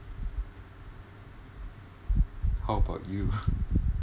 how about you